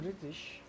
British